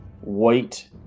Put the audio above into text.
white